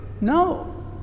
no